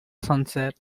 sunset